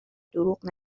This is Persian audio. دروغ